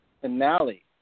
finale